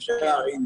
אשקלון,